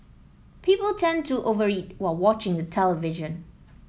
people tend to over eat while watching the television